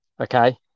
okay